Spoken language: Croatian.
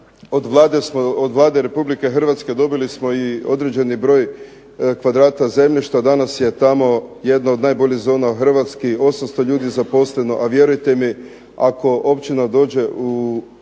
od Vlade RH dobili smo i određeni broj kvadrata zemljišta, danas je tamo jedna od najboljih zona u Hrvatskoj. 800 ljudi zaposleno, a vjerujte mi ako općina dođe,